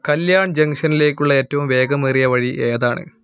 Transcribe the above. കല്യാൺ ജംഗ്ഷനിലേക്കുള്ള ഏറ്റവും വേഗമേറിയ വഴി ഏതാണ്